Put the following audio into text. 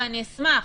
אני אשמח,